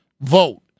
vote